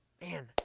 man